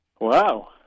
Wow